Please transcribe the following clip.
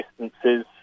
distances